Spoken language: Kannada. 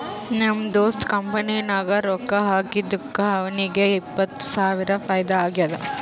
ನಮ್ ದೋಸ್ತ್ ಕಂಪನಿ ನಾಗ್ ರೊಕ್ಕಾ ಹಾಕಿದ್ದುಕ್ ಅವ್ನಿಗ ಎಪ್ಪತ್ತ್ ಸಾವಿರ ಫೈದಾ ಆಗ್ಯಾದ್